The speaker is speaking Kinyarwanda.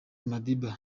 madiba